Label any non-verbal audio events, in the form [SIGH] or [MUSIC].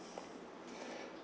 [BREATH]